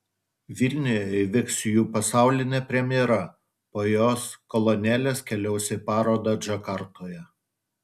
vilniuje įvyks jų pasaulinė premjera po jos kolonėlės keliaus į parodą džakartoje